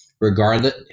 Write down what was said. regardless